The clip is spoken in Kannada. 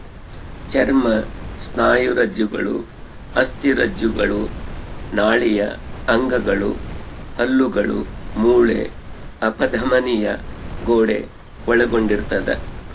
ಚರ್ಮ ಸ್ನಾಯುರಜ್ಜುಗಳು ಅಸ್ಥಿರಜ್ಜುಗಳು ನಾಳೀಯ ಅಂಗಗಳು ಹಲ್ಲುಗಳು ಮೂಳೆ ಅಪಧಮನಿಯ ಗೋಡೆ ಒಳಗೊಂಡಿರ್ತದ